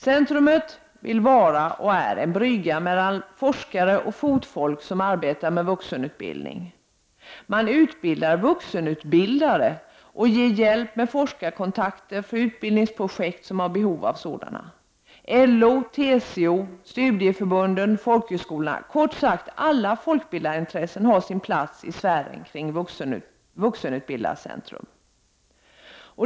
Centrumet vill vara och är en brygga mellan forskare och fotfolk som arbetar med vuxenutbildning. Man utbildar vuxenutbildare och ger hjälp med forskarkontakter för utbildningsprojekt som har behov av sådana. LO, TCO, studieförbunden, folkhögskolorna, kort sagt alla folkbildarintressenter, har sin plats i sfären kring Vuxenutbildarcentrum.